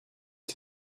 est